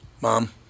Mom